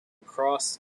cross